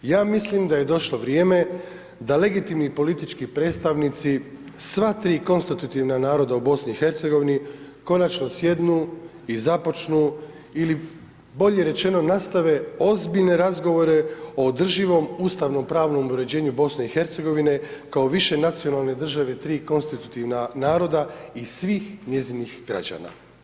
Ja mislim da je došlo vrijeme da legitimni politički predstavnici sva tri konstitutivna naroda u BiH konačno sjednu i započnu, ili bolje rečeno, nastave ozbiljne razgovore o održivom ustavnom pravnom uređenju BiH kao višenacionalne države tri konstitutivna naroda i svih njenih građana.